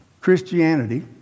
Christianity